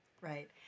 right